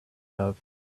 love